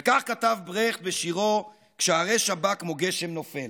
וכך כתב ברכט בשירו "כשהרשע בא כמו גשם נופל":